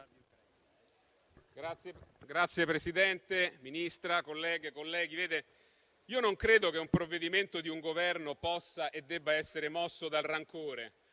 Signor Presidente, signora Ministra, colleghe e colleghi, io non credo che un provvedimento di un Governo possa e debba essere mosso dal rancore,